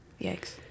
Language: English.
Yikes